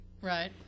Right